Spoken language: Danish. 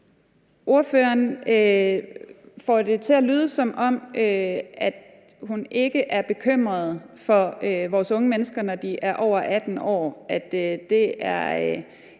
Ordføreren får det til at lyde, som om hun ikke er bekymret for vores unge mennesker, når de er over 18 år,